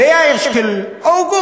ליאיר של אוגוסט,